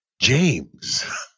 James